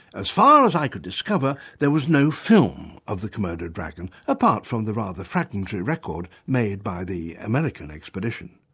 as far as i could discover there was no film of the komodo dragon, apart from the rather fragmentary record made by the american expedition.